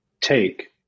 take